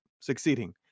succeeding